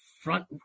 front